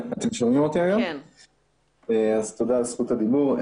על זכות הדיבור.